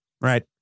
right